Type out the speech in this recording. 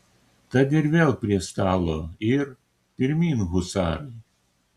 tad ir vėl prie stalo ir pirmyn husarai